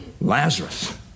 Lazarus